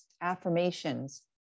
affirmations